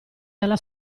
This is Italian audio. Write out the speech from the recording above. dalla